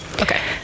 okay